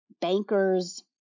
bankers